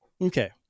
okay